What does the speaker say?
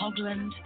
Hogland